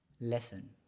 lesson